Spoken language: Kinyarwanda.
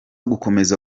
gukomeza